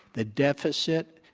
the deficit,